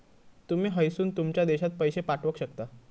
तुमी हयसून तुमच्या देशात पैशे पाठवक शकता